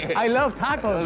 i love tacos!